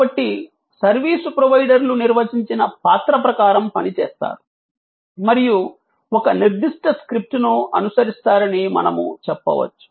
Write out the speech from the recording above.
కాబట్టి సర్వీసు ప్రొవైడర్లు నిర్వచించిన పాత్ర ప్రకారం పనిచేస్తారు మరియు ఒక నిర్దిష్ట స్క్రిప్ట్ను అనుసరిస్తారని మనము చెప్పవచ్చు